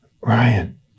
Ryan